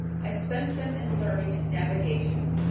i spent them in learning navigation,